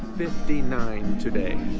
fifty nine today